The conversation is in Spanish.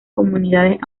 comunidades